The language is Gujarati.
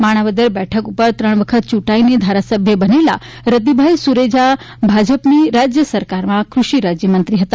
માણાવદર બેઠક ઉપર ત્રણ વખત ચૂંટાઇને ધારાસભ્ય બનેલા રતિભાઇ સુરેજા ભાજપની રાજ્ય સરકારમાં ક્રષિ રાજ્યમંત્રી હતા